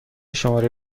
شماره